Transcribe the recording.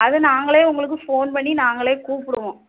அது நாங்களே உங்களுக்கு ஃபோன் பண்ணி நாங்களே கூப்பிடுவோம்